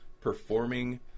performing